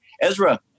Ezra